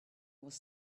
was